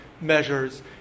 measures